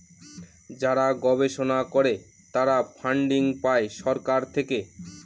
যারা গবেষণা করে তারা ফান্ডিং পাই সরকার থেকে